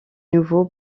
nouveau